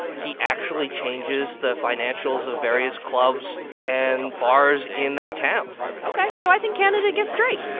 he actually changes the financials of various clubs and bars in that town ok. so i think canada gets drake